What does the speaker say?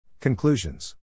Conclusions